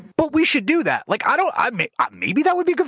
but we should do that. like i don't, i mean, ah maybe that would be,